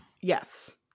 Yes